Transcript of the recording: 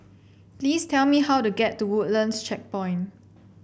please tell me how to get to Woodlands Checkpoint